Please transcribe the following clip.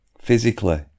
physically